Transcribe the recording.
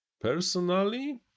personally